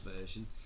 version